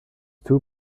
two